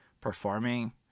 performing